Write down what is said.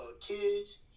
kids